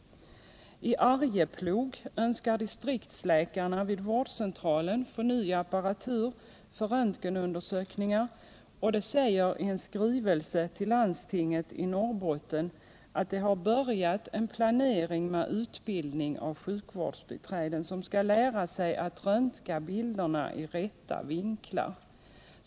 I Arjeplog önskar distriktsläkarna vid vårdcentralen få ny apparatur för röntgenundersökningar och de säger i en skrivelse till landstinget i Norrbotten att de har börjat en planering med utbildning av sjukvårdsbiträden, som skall lära sig ta bilderna i rätta vinklar.